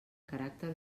caràcter